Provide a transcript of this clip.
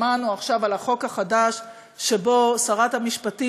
שמענו עכשיו על החוק החדש שבו שרת המשפטים